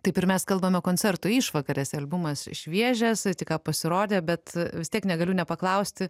taip ir mes kalbame koncerto išvakarėse albumas šviežias tik ką pasirodė bet vis tiek negaliu nepaklausti